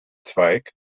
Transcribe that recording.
zweig